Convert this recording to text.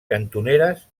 cantoneres